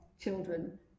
children